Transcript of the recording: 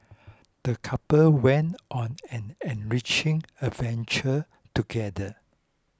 the couple went on an enriching adventure together